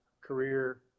career